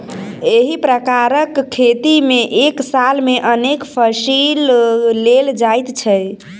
एहि प्रकारक खेती मे एक साल मे अनेक फसिल लेल जाइत छै